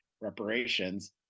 reparations